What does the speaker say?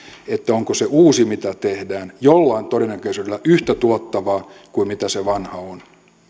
onko se uusi mitä tehdään jollain todennäköisyydellä yhtä tuottavaa kuin se vanha on